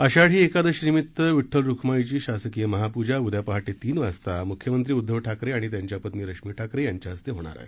आषाढी एकादशीनिमित्त विठ्ठल रुख्माईची शासकीय महाप्जा उदया पहाटे तीन वाजता म्ख्यमंत्री उद्धव ठाकरे आणि त्यांच्या पत्नी रश्मी ठाकरे यांच्या हस्ते केली जाणार आहे